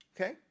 okay